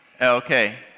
Okay